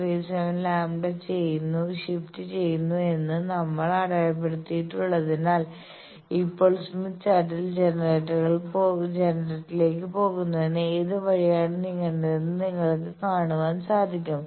37 λ ഷിഫ്റ്റ്ചെയ്യുന്നു എന്ന് നമ്മൾ അടയാളപ്പെടുത്തിയിട്ടുള്ളതിനാൽ ഇപ്പോൾ സ്മിത്ത് ചാർട്ടിൽ ജനറേറ്ററിലേക്ക് പോകുന്നതിന് ഏത് വഴിയാണ് നീങ്ങേണ്ടതെന്ന് നിങ്ങൾക്ക് കാണുവാൻ സാധിക്കും